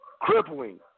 crippling